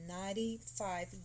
ninety-five